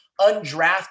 undrafted